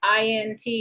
INT